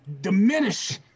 diminish